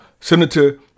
Senator